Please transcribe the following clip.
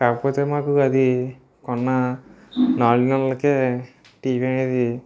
కాకపోతే మాకు అది కొన్నా నాలుగు నెలలకే టీవీ అనేది